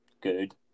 good